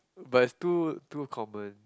but is too too common